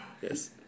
Yes